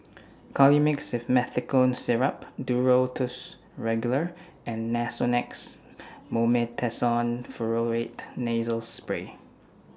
Colimix Simethicone Syrup Duro Tuss Regular and Nasonex Mometasone Furoate Nasal Spray